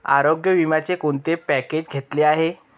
आरोग्य विम्याचे कोणते पॅकेज घेतले आहे?